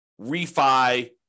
refi